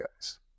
guys